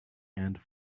and